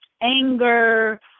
anger